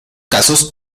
casos